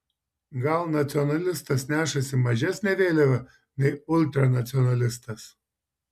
gal nacionalistas nešasi mažesnę vėliavą nei ultranacionalistas